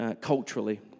culturally